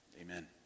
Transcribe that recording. Amen